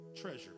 treasure